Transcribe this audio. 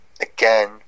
Again